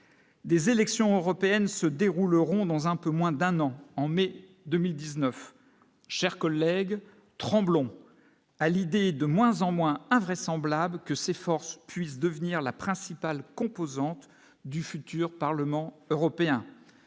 des élections européennes se dérouleront dans un peu moins d'un an en mai 2019 chers collègues tremblons à l'idée de moins en moins invraisemblable que ses forces puisse devenir la principale composante du futur Parlement européen